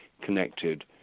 connected